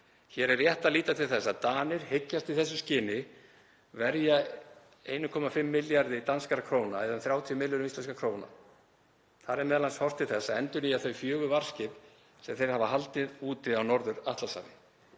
Hér er rétt að líta til þess að Danir hyggjast í þessu skyni verja 1,5 milljörðum danskra króna eða um 30 milljörðum íslenskra króna. Þar er m.a. horft til þess að endurnýja þau fjögur varðskip sem þeir hafa haldið úti á Norður-Atlantshafi.